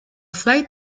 flight